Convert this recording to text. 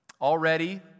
Already